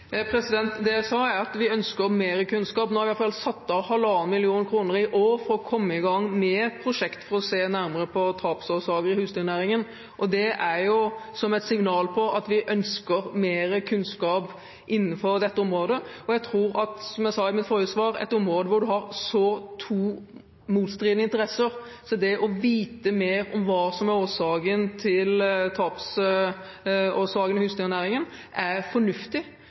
Vi ønsker mer kunnskap. Nå har vi i hvert fall satt av 1,5 mill. kr i år for å komme i gang med prosjekter for å se nærmere på tapsårsaker i husdyrnæringen. Det er et signal om at vi ønsker mer kunnskap innenfor dette området, og som jeg sa i mitt forrige svar, et område hvor du har to så motstridende interesser. Så det å vite mer om hva som er tapsårsakene i husdyrnæringen, er fornuftig, og kan også være med på å dempe konfliktene når vi vet noe mer. Nå setter vi av det i 2015, og